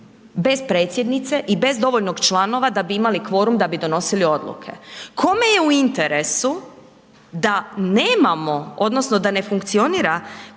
bez predsjednice i bez dovoljno članova da bi imali kvorum da bi donosili odluke. Kome je u interesu da nemamo odnosno da ne funkcionira